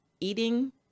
eating